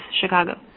Chicago